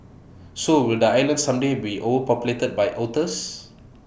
so will the island someday be overpopulated by otters